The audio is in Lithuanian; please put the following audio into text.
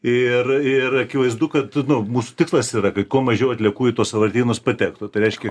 ir ir akivaizdu kad nu mūsų tikslas yra kuo mažiau atliekų į tuos sąvartynus patektų tai reiškia